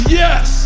yes